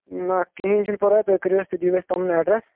نہ کہیٖنۍ چھُنہِ پرواے تُہۍ کرِو اسہِ تُہۍ دِیو اسہِ پنُن ایڈرس